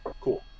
Cool